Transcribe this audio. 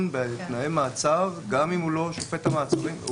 בתנאי מעצר גם אם הוא לא שופט המעצרים.